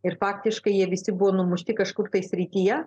ir faktiškai jie visi buvo numušti kažkur tai srityje